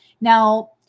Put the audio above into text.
Now